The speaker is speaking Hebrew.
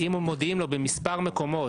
מה המצב היום?